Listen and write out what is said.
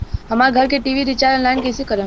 हमार घर के टी.वी रीचार्ज ऑनलाइन कैसे करेम?